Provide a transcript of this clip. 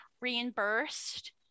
reimbursed